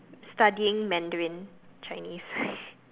studying Mandarin Chinese